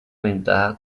ventaja